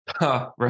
Right